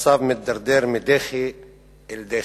המצב מידרדר מדחי אל דחי.